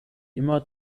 immer